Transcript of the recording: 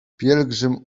pielgrzym